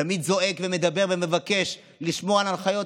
תמיד זועק ומדבר ומבקש לשמור על ההנחיות,